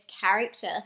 character